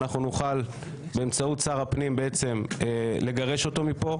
אנחנו נוכל באמצעות שר הפנים לגרש אותו מפה,